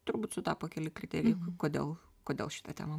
turbūt sutapo keli kriterijai kodėl kodėl šita tema